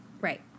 right